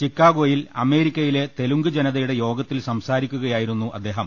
ചിക്കാ ഗോയിൽ അമേരിക്കയിലെ തെലുങ്ക് ജനതയുടെ യോഗത്തിൽ സംസാരിക്കുകയാ യിരുന്നു അദ്ദേഹം